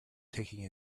taking